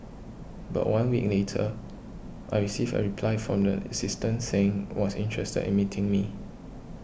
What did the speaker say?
but one week later I received a reply from the assistant saying was interested in meeting me